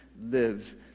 live